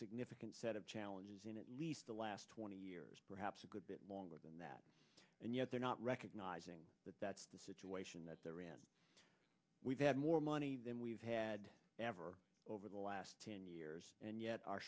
significant set of challenges in at least the last twenty years perhaps a good bit longer than that and yet they're not recognizing that that's the situation that we've had more money than we've had ever over the last ten years and yet